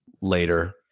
later